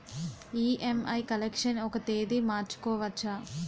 EMI collection ఒక తేదీ మార్చుకోవచ్చా?